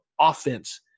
offense